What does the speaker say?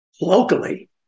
locally